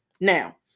Now